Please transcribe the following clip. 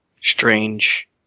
strange